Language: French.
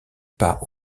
pas